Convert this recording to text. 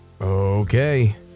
Okay